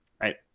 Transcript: Right